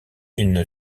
une